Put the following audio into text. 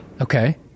okay